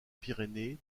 pyrénées